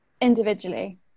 Individually